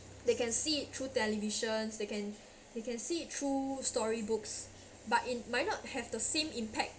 they can see it through televisions they can they can see it through storybooks but it might not have the same impact